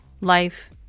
life